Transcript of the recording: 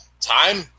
Time